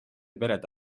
perede